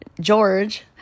George